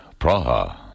Praha